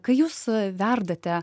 kai jūs verdate